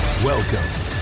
Welcome